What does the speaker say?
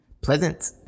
Pleasant